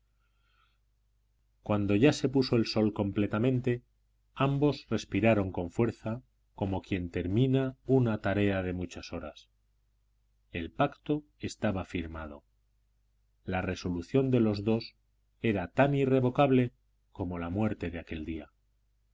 cuando ya se puso el sol completamente ambos respiraron con fuerza como quien termina una tarea de muchas horas el pacto estaba firmado la resolución de los dos era tan irrevocable como la muerte de aquel día